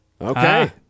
Okay